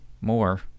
more